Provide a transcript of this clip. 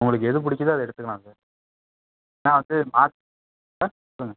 உங்களுக்கு எது பிடிக்குதோ அதை எடுத்துக்கலாம் சார் ஆ சேரி மார்க் சார் சொல்லுங்கள்